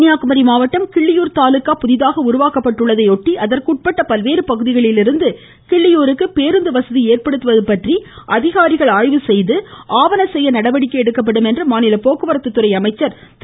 கன்னியாகுமரி மாவட்டம் கிள்ளியூர் தாலுக்கா புகிதாக உருவாக்கப்பட்டுள்ளதையொட்டி அதற்கு உட்பட்ட பல்வேறு பகுதிகளில் இருந்து கிள்ளியூருக்கு பேருந்து வசதி ஏந்படுத்துவது பற்றி அதிகாரிகள் ஆய்வு செய்து ஆவன செய்ய நடவடிக்கை எடுக்கப்படும் என்று மாநில போக்குவரத்து துறை அமைச்சர் திரு